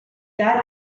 that